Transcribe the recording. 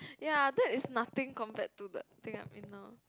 ya that is nothing compared to the thing I'm in now